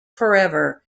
forever